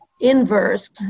inverse